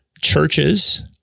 churches